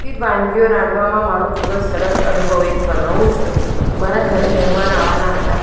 વિવિધ વાનગીઓ રાંધવામાં મારો ખૂબ જ સરસ અનુભવ એક વર્ણવું છું મારા ઘરે મહેમાન આવવાના હતા